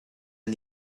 and